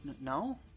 No